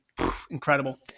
incredible